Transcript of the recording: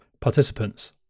participants